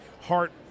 heart